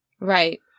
Right